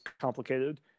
complicated